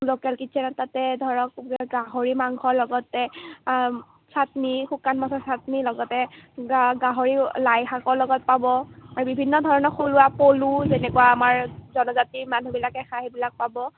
local কিটচেনত তাতে ধৰক গাহৰি মাংসৰ লগতে চাটনি শুকান মাছৰ চাটনি লগতে গা গাহৰি লাই শাকৰ লগত পাব বিভিন্ন ধৰণৰ থলুৱা পলু যেনেকুৱা আমাৰ জনজাতিৰ মানুহবিলাকে খাই সেইবিলাক পাব